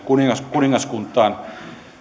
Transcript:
kuningaskuntaan